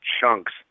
chunks